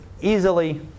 easily